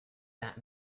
that